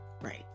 Right